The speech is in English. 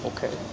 Okay